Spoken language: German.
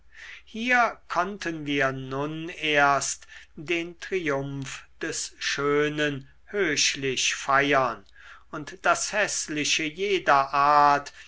hier konnten wir nun erst den triumph des schönen höchlich feiern und das häßliche jeder art